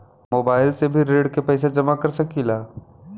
Mobile से भी ऋण के पैसा जमा कर सकी ला?